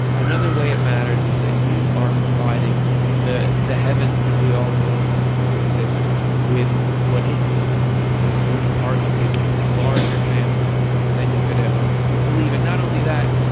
another way it matters is that you are providing the the heaven that we all need to exist with what it needs to exist. so you're part of this larger family than you could ever believe. and not only that,